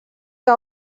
que